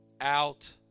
out